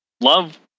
love